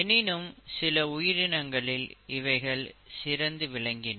எனினும் சில உயிரினங்களில் இவைகள் சிறந்து விளங்கின